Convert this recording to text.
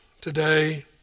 today